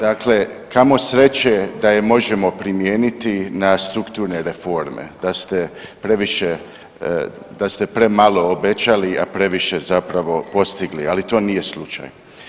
Dakle, kamo sreće da je možemo primijeniti na strukturne reforme, da ste previše, da ste premalo obećali, a previše zapravo postigli, ali to nije slučaj.